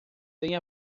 tem